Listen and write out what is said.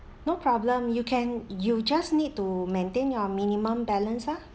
no problem you can you just need to maintain your minimum balance ah